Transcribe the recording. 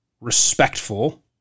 respectful